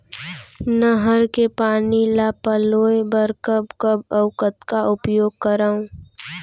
नहर के पानी ल पलोय बर कब कब अऊ कतका उपयोग करंव?